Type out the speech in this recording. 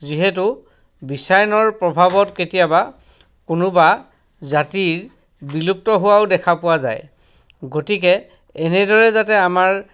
যিহেতু বিশ্বায়নৰ প্ৰভাৱত কেতিয়াবা কোনোবা জাতিৰ বিলুপ্ত হোৱাও দেখা পোৱা যায় গতিকে এনেদৰে যাতে আমাৰ